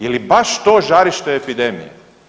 Je li baš to žarište epidemije?